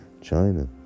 China